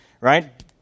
right